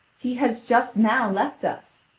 he has just now left us.